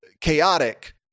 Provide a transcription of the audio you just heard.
chaotic